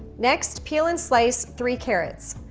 next, peel and slice three carrots.